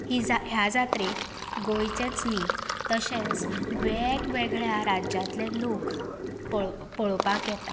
हि ह्या जात्रेक गोंयचेच न्ही तशेंच वेग वेगळ्या राज्यातलें लोक पळो पळोवपाक येता